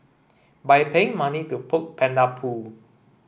by paying money to poke panda poo